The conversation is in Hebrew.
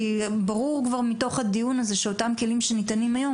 כי ברור כבר מתוך הדיון הזה שאותם כלים שניתנים היום,